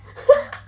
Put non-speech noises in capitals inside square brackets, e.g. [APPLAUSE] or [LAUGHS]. [LAUGHS]